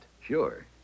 Sure